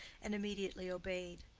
and immediately obeyed.